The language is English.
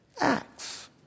Acts